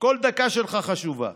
כל דקה שלך חשובה.